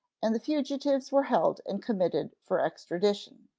and the fugitives were held and committed for extradition.